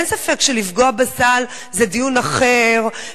אין ספק שלפגוע בסל זה דיון אחר,